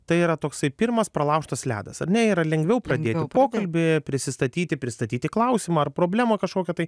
tai yra toksai pirmas pralaužtas ledas ar ne yra lengviau pradėti pokalbį prisistatyti pristatyti klausimą ar problemą kažkokią tai